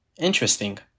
Interesting